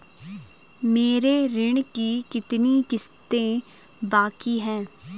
मेरे ऋण की कितनी किश्तें बाकी हैं?